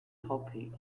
topic